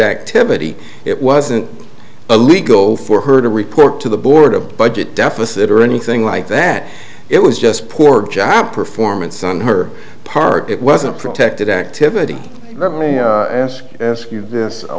activity it wasn't illegal for her to report to the board of budget deficit or anything like that it was just poor job performance on her part it wasn't protected activity let me ask ask you this